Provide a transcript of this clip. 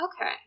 Okay